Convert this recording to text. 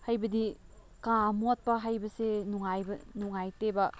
ꯍꯥꯏꯕꯗꯤ ꯀꯥ ꯃꯣꯠꯄ ꯍꯥꯏꯕꯁꯦ ꯅꯨꯡꯉꯥꯏꯕ ꯅꯨꯡꯉꯥꯏꯇꯦꯕ